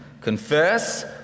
confess